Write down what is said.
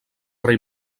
rei